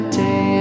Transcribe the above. day